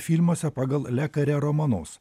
ir filmuose pagal lekare romanus